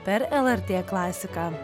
per lrt klasiką